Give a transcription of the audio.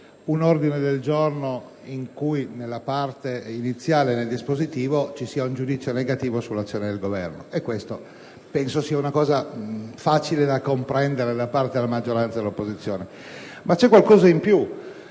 un ordine del giorno che nella parte iniziale del dispositivo reca un giudizio negativo sull'azione del Governo e questo penso sia facile da comprendere da parte sia della maggioranza che dell'opposizione. Ma vi è qualcosa in più.